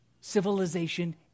Civilization